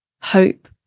hope